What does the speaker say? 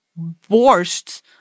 borscht